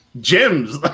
gems